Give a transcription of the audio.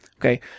Okay